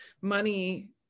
money